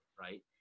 right